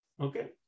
Okay